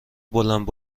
بلند